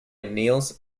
niels